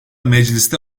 mecliste